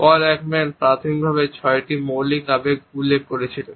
পল Ekman প্রাথমিকভাবে ছয়টি মৌলিক আবেগ উল্লেখ করেছিলেন